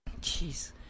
Jeez